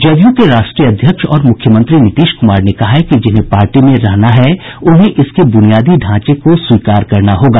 जदयू के राष्ट्रीय अध्यक्ष और मुख्यमंत्री नीतीश कुमार ने कहा है कि जिन्हें पार्टी में रहना है उन्हें इसके बुनियादी ढांचे को स्वीकार करना होगा